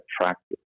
attractive